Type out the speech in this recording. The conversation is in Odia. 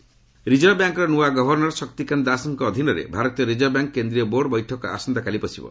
ଆର୍ବିଆଇ ବୋର୍ଡ ରିଜର୍ଭ ବ୍ୟାଙ୍କ୍ର ନୂଆ ଗଭର୍ଣ୍ଣର ଶକ୍ତିକାନ୍ତ ଦାସଙ୍କ ଅଧୀନରେ ଭାରତୀୟ ରିଜର୍ଭ ବ୍ୟାଙ୍କ୍ କେନ୍ଦ୍ରୀୟ ବୋର୍ଡ ବୈଠକ ଆସନ୍ତାକାଲି ବସିବ